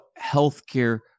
healthcare